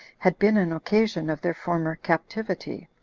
had been an occasion of their former captivity,